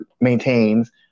maintains